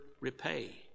repay